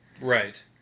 Right